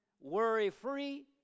worry-free